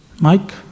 Mike